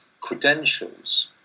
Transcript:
credentials